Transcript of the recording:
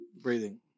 breathing